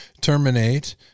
terminate